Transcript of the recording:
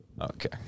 Okay